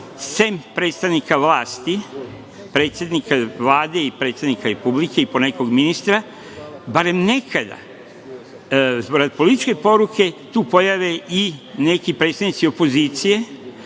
sem predstavnika vlasti, predsednika Vlade i predsednika Republike i po nekog ministra, barem nekada, pored političke poruke, tu pojave i neki predstavnici opozicije,